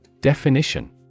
Definition